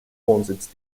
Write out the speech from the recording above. wohnsitz